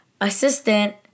assistant